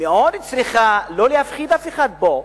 שמאוד צריכה לא להפחיד אף אחד פה,